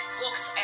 books